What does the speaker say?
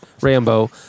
Rambo